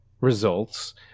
results